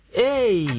hey